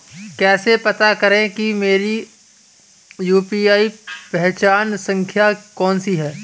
कैसे पता करें कि मेरी यू.पी.आई पहचान संख्या कौनसी है?